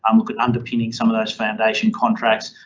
um look at underpinning some of those foundation contracts.